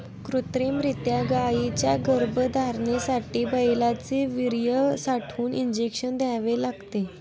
कृत्रिमरीत्या गायींच्या गर्भधारणेसाठी बैलांचे वीर्य साठवून इंजेक्शन द्यावे लागते